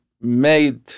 made